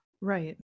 right